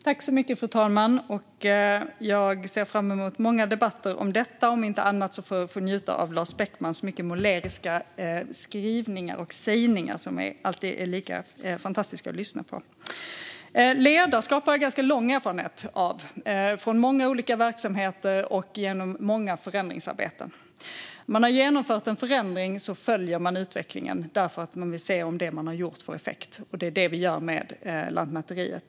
Fru talman! Jag ser fram emot många debatter, om inte annat för att njuta av Lars Beckmans mycket måleriska skrivningar och uttalanden som alltid är lika fantastiska att lyssna på. Jag har lång erfarenhet av ledarskap från många olika verksamheter och genom många förändringsarbeten. När man har genomfört en förändring följer man utvecklingen därför att man vill se om det man har gjort har fått effekt. Det är detta vi gör med Lantmäteriet.